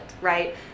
right